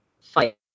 fight